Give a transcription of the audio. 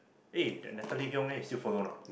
ah that Natalie-Hiong ah you still follow or not